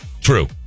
True